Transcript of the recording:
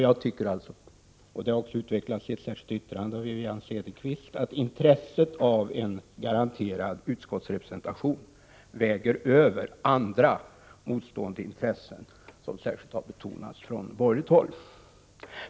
Jag tycker alltså — det resonemanget har utvecklats i ett särskilt yttrande av Wivi-Anne Cederqvist — att intresset av att ha en garanterad utskottsrepresentation väger över andra motstående intressen som särskilt har betonats från borgerligt håll.